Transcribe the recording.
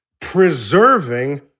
Preserving